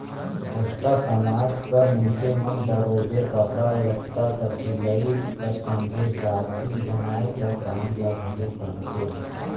कोस्टा समाज कर मइनसे मन बरोबेर कपड़ा लत्ता कर सिलई कर संघे बाती बनाए कर काम ल घलो करथे